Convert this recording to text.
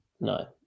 No